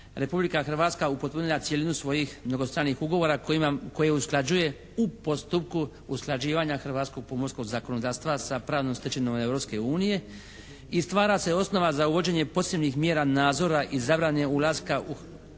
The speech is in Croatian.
Republika Hrvatska upotpunila cjelinu svojih mnogostranih ugovora koji usklađuje u postupku usklađivanja hrvatskog pomorskog zakonodavstva sa pravnom stečevinom Europske unije i stvara se osnova za uvođenje posebnih mjera nadzora i zabrane ulaska u hrvatske